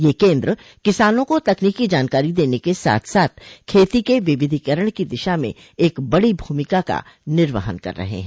यह केन्द्र किसानों को तकनीकी जानकारी के साथ साथ खेती के विविधीकरण की दिशा में एक बड़ी भूमिका का निवहन कर रहे हैं